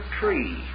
tree